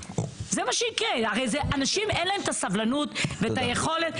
הרי אנשים אין להם את הסבלנות ואת היכולת.